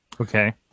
Okay